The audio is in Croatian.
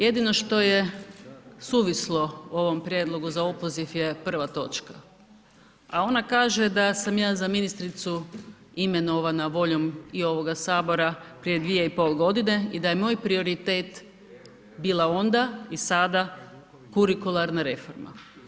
Jedino što je suvislo u ovom prijedlogu za opoziv je prva točka, a ona kaže da sam ja za ministricu imenovana voljom i ovoga Sabora prije dvije i pol godine i da je moj prioritet bila onda i sada kurikularna reforma.